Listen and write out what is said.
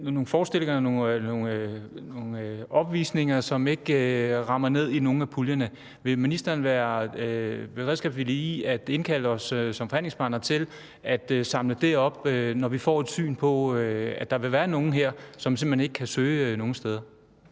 nogle forestillinger eller nogle opvisninger, som ikke omfattes af nogen af puljerne. Vil ministeren være villig til at indkalde os som forhandlingspartnere til at samle det op, når vi får at vide, om der vil være nogen her, som simpelt hen ikke kan søge nogen steder?